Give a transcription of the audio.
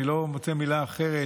אני לא מוצא מילה אחרת,